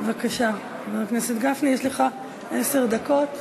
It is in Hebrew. בבקשה, חבר הכנסת גפני, יש לך עשר דקות.